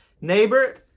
Neighbor